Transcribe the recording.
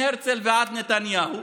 מהרצל ועד נתניהו,